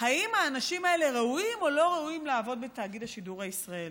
אם האנשים האלה ראויים או לא ראויים לעבוד בתאגיד השידור הישראלי,